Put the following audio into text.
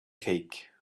cake